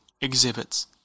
exhibits